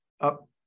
Up